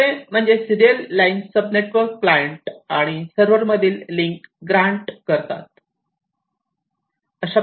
तिसरे म्हणजे serial line sub network client आणि सर्व्हरमधील लिंक ग्रँट करतात